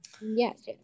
yes